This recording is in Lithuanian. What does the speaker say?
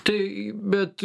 tai bet